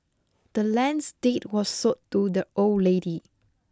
the land's deed was sold to the old lady